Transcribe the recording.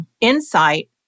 Insight